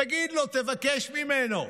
תגיד לו, תבקש ממנו.